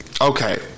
Okay